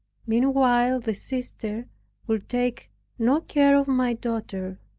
meanwhile the sister would take no care of my daughter